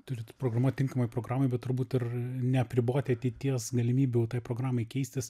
turit programuot tinkamai programai bet turbūt ir neapriboti ateities galimybių tai programai keistis